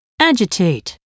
Agitate